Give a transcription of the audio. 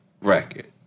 record